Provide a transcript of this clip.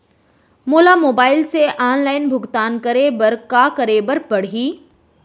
मोला मोबाइल से ऑनलाइन भुगतान करे बर का करे बर पड़ही?